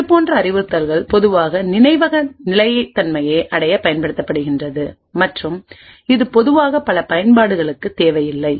இதுபோன்ற அறிவுறுத்தல் பொதுவாக நினைவக நிலைத்தன்மையை அடையப் பயன்படுகிறது மற்றும் இது பொதுவாக பல பயன்பாடுகளுக்கு தேவையில்லை